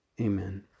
Amen